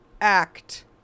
Act